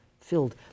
filled